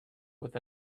with